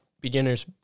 beginner's